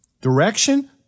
direction